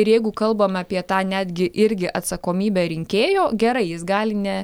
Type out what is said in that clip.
ir jeigu kalbam apie tą netgi irgi atsakomybę rinkėjo gerai jis gali ne